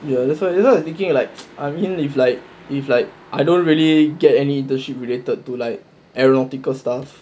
ya that's why that's why I thinking like I mean if like if like I don't really get any internship related to like aeronautical stuff